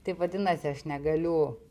tai vadinasi aš negaliu